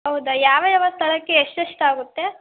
ಹೌದಾ ಯಾವ ಯಾವ ಸ್ಥಳಕ್ಕೆ ಎಷ್ಟೆಷ್ಟು ಆಗುತ್ತೆ